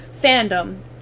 fandom